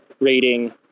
rating